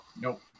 Nope